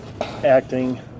acting